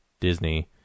Disney